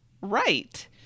right